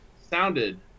sounded